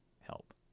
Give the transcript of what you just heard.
help